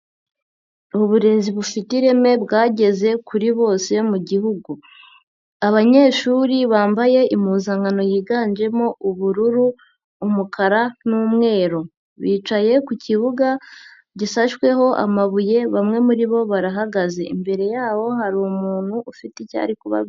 Uburezi bufite ireme bwageze kuri bose mu gihugu, abanyeshuri bambaye impuzankano yiganjemo ubururu, umukara n'umweru bicaye ku kibuga gisashweho amabuye bamwe muri bo barahagaze, imbere yabo hari umuntu ufite icyo ari kubabwira.